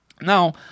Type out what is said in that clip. Now